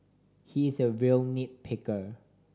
he is a real nit picker